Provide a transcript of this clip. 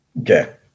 Okay